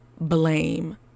blame